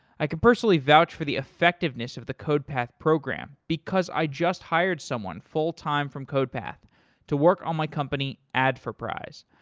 i could personally vouch for the effectiveness of the codepath program because i just hired someone full-time from codepath to work on my company adforprize.